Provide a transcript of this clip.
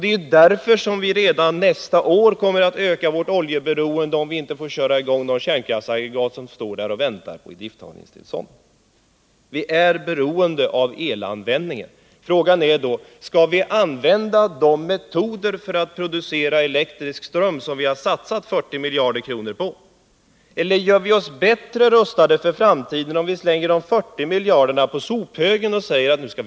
Det är därför som vi redan nästa år kommer att öka vårt oljeberoende, om vi inte får köra i gång de kärnkraftsaggregat som står där och väntar på idrifttagningstillstånd. Vi är beroende av elanvändningen. Frågan är då: Skall vi använda de metoder för att producera elektrisk ström som vi har satsat 40 miljarder kronor på? Eller gör vi oss bättre rustade för framtiden om vi slänger de 40 miljarderna på sophögen och börjar om från början?